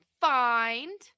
find